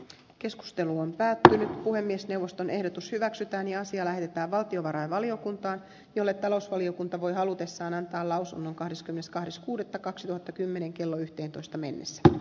keskustelu on päättynyt puhemiesneuvoston ehdotus hyväksytään ja asia lähetetään valtiovarainvaliokuntaan jolle talousvaliokunta voi halutessaan antaa lausunnon kahdeskymmeneskahdeskuudetta esimerkiksi euroalueen pankkien tilanne